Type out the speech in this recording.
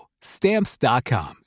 Stamps.com